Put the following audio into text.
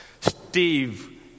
Steve